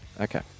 Okay